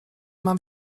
mam